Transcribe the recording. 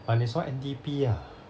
but 你说 N_D_P ah